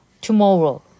tomorrow